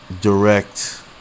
direct